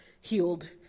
healed